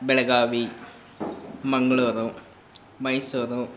Belagavi Mangaluru Mysuru